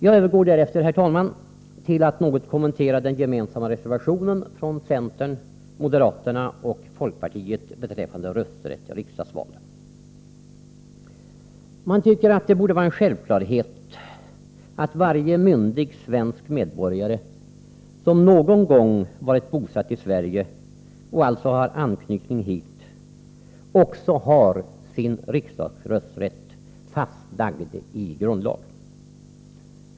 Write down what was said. Jag övergår härefter, herr talman, till att något kommentera den gemensamma reservationen från centern, moderaterna och folkpartiet beträffande rösträtt i riksdagsval. Man tycker att det borde vara en självklarhet att varje myndig svensk medborgare som någon gång varit bosatt i Sverige, och som alltså har anknytning till Sverige, också har sin riksdagsrösträtt fastlagd i grundlag.